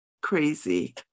crazy